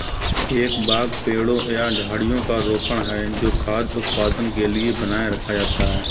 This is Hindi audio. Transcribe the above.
एक बाग पेड़ों या झाड़ियों का रोपण है जो खाद्य उत्पादन के लिए बनाए रखा जाता है